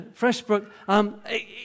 Freshbrook